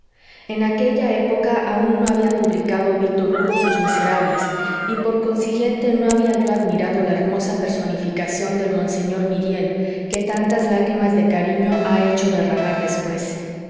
en aquella época aun no había publicado victor hugo sus miserables y por consiguiente no había yo admirado la hermosa personificación de monseñor myriel que tantas lágrimas de cariño ha hecho derramar después